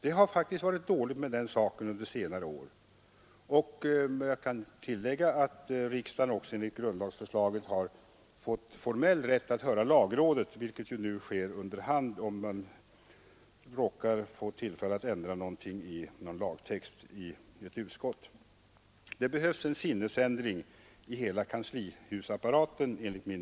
Det har faktiskt varit dåligt med den saken under senare år, och jag kan tillägga att riksdagen också enligt grundförslaget har fått formell rätt att höra lagrådet, vilket ju nu sker under hand om man råkar få tillfälle att ändra något i en lagtext under utskottsarbetet. Det behövs enligt min mening en sinnesändring i hela kanslihusapparaten.